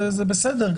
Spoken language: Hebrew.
זה בסדר,